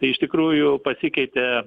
tai iš tikrųjų pasikeitė